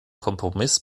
kompromiss